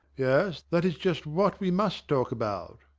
yes, that is just what we must talk about.